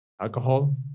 alcohol